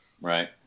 Right